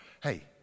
Hey